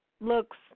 looks